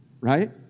right